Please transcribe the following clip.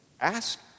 ask